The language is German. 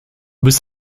bist